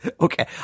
Okay